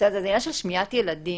שמיעת ילדים.